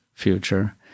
future